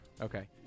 Okay